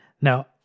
Now